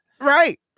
right